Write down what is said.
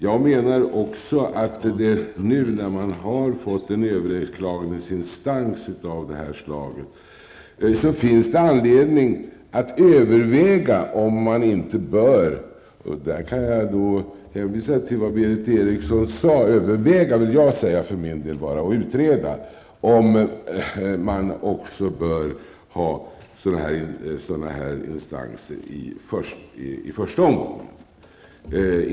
Jag menar också att det nu, när man har fått en överklagningsinstans av det här slaget, finns anledning att överväga om man inte bör -- där kan jag hänvisa till det som Berith Eriksson sade, fast jag för min del vill säga överväga och utreda -- ha sådana här instanser i första omgången.